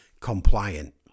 compliant